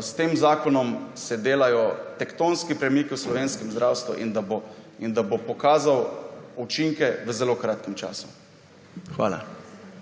s tem zakonom se delajo tektonski premiki v slovenskem zdravstvu in da bo pokazal učinke v zelo kratkem času. Hvala.